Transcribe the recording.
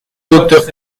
docteur